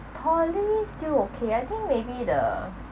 police still okay I think maybe the